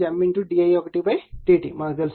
కాబట్టి M విలువ 0